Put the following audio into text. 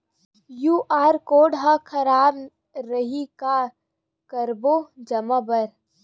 QR code हा खराब रही का करबो जमा बर?